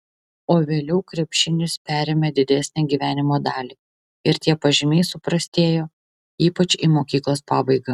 o vėliau krepšinis perėmė didesnę gyvenimo dalį ir tie pažymiai suprastėjo ypač į mokyklos pabaigą